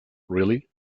really